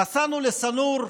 נסענו לשא-נור,